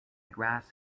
grass